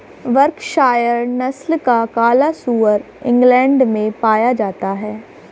Berkshire नस्ल का काला सुअर इंग्लैण्ड में पाया जाता है